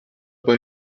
bei